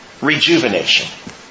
Rejuvenation